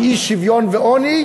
ואי-שוויון ועוני,